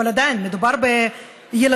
אבל עדיין מדובר בילדים,